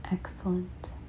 Excellent